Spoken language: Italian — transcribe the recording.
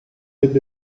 ebbe